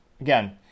Again